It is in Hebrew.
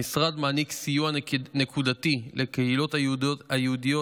המשרד מעניק סיוע נקודתי לקהילות היהודיות